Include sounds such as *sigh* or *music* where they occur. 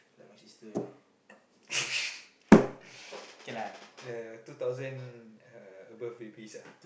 *breath* okay lah uh two thousand uh above babies ah